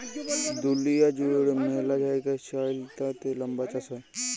দুঁলিয়া জুইড়ে ম্যালা জায়গায় চাইলাতে লাম্বার চাষ হ্যয়